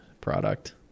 product